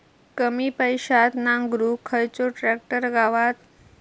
कमी पैशात नांगरुक खयचो ट्रॅक्टर गावात?